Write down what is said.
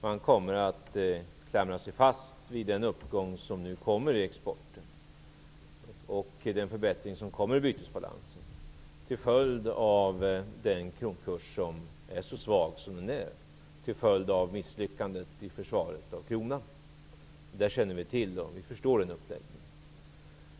Man kommer att klamra sig fast vid den uppgång i exporten och vid den förbättring i bytesbalansen, som nu är på väg, till följd av att kronkursen är så svag som den är, som i sin tur är en följd av det misslyckade försvaret av kronkursen. Detta känner vi till, och vi förstår den uppläggningen.